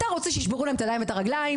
אתה רוצה שישברו להם את הידיים ואת הרגליים.